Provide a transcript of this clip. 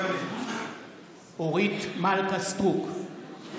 מתחייב אני אורית מלכה סטרוק,